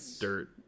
dirt